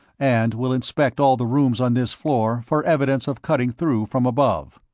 and we'll inspect all the rooms on this floor for evidence of cutting through from above.